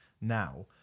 now